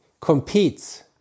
competes